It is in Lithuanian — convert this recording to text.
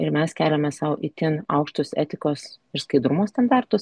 ir mes keliame sau itin aukštus etikos ir skaidrumo standartus